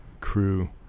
crew